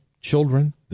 children